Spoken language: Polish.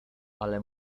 ale